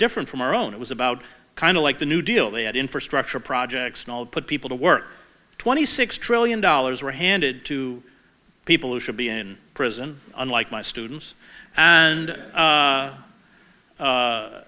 different from our own it was about kind of like the new deal they had infrastructure projects put people to work twenty six trillion dollars were handed to people who should be in prison unlike my students and